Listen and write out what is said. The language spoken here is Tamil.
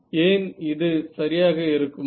ஏன் இது சரியாக இருக்குமா